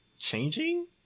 changing